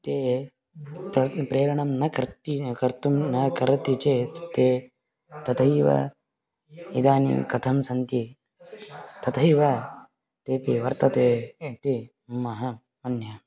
ते प्रर्त् प्रेरणं न करोति कर्तुं न करोति चेत् ते तथैव इदानीं कथं सन्ति तथैव तेऽपि वर्तते इति मह अन्य